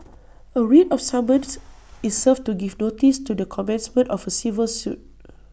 A writ of summons is served to give notice to the commencement of A civil suit